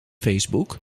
facebook